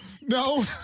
no